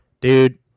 dude